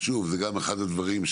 זה גם אחד הדברים,